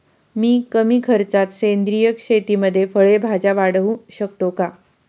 मी कमी खर्चात सेंद्रिय शेतीमध्ये फळे भाज्या वाढवू शकतो का?